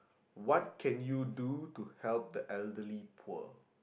what can you do to help the elderly poor